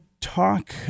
talk